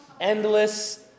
Endless